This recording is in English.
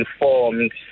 informed